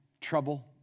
trouble